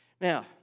Now